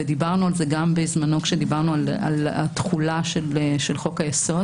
ודיברנו על כך גם בזמנו עת דיברנו על התחולה של חוק היסוד